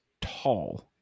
tall